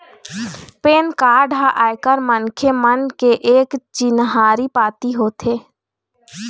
PAN card ह आयकर मनखे मन के एक चिन्हारी पाती होथे